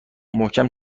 محکم